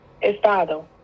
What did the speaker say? estado